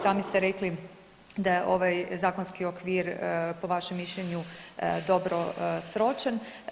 Sami ste rekli da je ovaj zakonski okvir po vašem mišljenju dobro sročen.